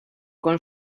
con